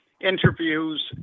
interviews